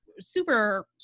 super